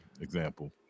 example